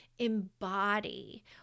embody